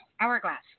hourglass